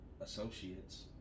associates